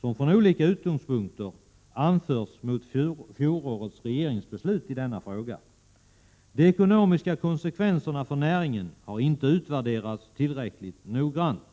som från olika utgångspunkter anförts mot fjolårets regeringsbeslut i denna fråga. De ekonomiska konsekvenserna för näringen har inte utvärderats tillräckligt noggrant.